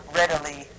readily